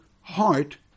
heart